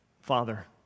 Father